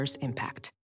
impact